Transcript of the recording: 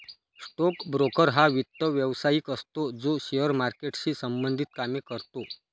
stock broker हा वित्त व्यवसायिक असतो जो शेअर मार्केटशी संबंधित कामे करतो